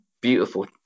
beautiful